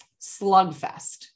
Slugfest